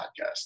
Podcast